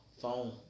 phone